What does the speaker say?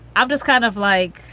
i've just kind of like,